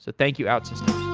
so thank you, outsystems.